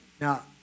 Now